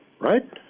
right